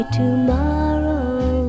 tomorrow